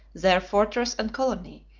their fortress and colony,